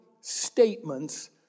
statements